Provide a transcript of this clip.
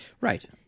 Right